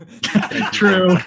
True